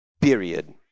Period